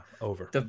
Over